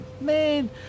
man